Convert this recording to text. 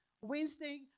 Wednesday